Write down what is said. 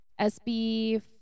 SB